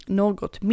något